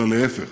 אלא להפך: